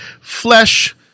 Flesh